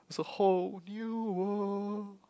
it's a whole new world